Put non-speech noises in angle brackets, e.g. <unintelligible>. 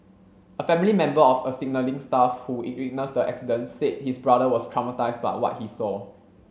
a family member of a signalling staff who <unintelligible> witnessed the accident said his brother was traumatised by what he saw